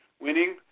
winning